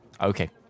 Okay